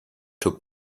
took